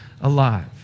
alive